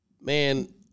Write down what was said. man